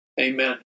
Amen